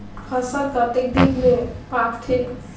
फसल कतेक दिन मे पाकथे?